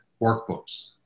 workbooks